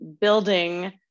building